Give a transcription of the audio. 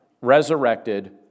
resurrected